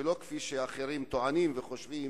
ולא כפי שאחרים טוענים וחושבים,